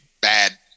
bad